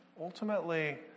ultimately